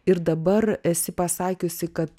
ir dabar esi pasakiusi kad